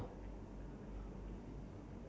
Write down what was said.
ya so that's a difference also